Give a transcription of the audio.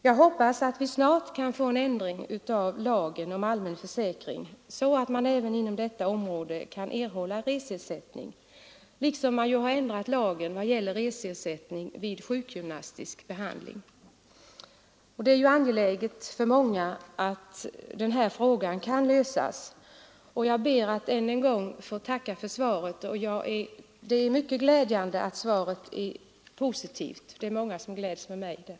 Jag hoppas att vi snart kan få en ändring av lagen om allmän försäkring så att man även inom dessa områden kan erhålla reseersättning på samma sätt som man får vid sjukgymnastisk behandling sedan den lagen ändrats. Det är angeläget för många att den här frågan kan lösas. Jag ber än en gång att få tacka för svaret. Det är mycket glädjande att detta är positivt. Det är många som kan glädjas med mig över det.